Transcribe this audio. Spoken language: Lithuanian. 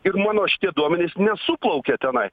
ir mano šitie duomenys nesuplaukia tenai